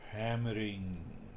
Hammering